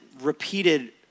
repeated